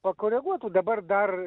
pakoreguotų dabar dar